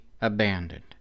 abandoned